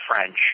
French